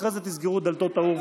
אחרי זה תסגרו את דלתות האורווה.